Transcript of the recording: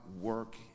work